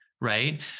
right